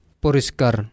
poriskar